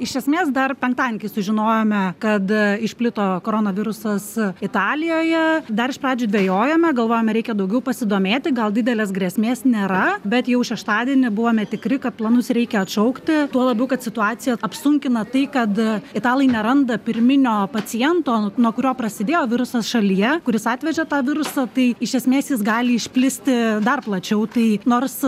iš esmės dar penktadienį kai sužinojome kada išplito koronavirusas italijoje dar iš pradžių dvejojome galvojome reikia daugiau pasidomėti gal didelės grėsmės nėra bet jau šeštadienį buvome tikri kad planus reikia atšaukti tuo labiau kad situaciją apsunkina tai kad italai neranda pirminio paciento nuo kurio prasidėjo virusas šalyje kuris atvežė tą virusą tai iš esmės jis gali išplisti dar plačiau tai nors